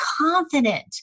confident